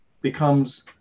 becomes